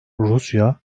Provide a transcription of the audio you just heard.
rusya